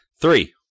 Three